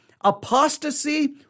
apostasy